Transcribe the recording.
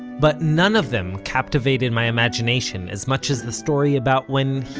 but none of them captivated my imagination as much as the story about when